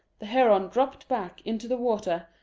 the heron dropped back into the water,